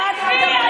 על מה אתם מדברים?